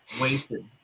wasted